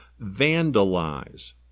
vandalize